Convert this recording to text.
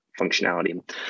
functionality